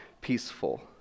peaceful